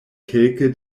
kelke